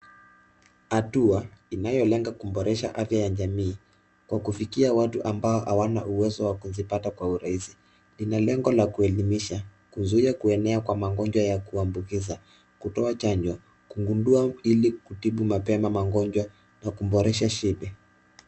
Hatua inayolenga kuboresha afya ya jamii, kwa kufikia watu ambao hawana uwezo wa kuzipata kwa urahisi. Ina lengo la kuelimisha, kuzuia kuenea kwa magonjwa ya kuambukiza, kutoa chanjo, kugundua ili kutibu mapema magonjwa na kuboresha shibe.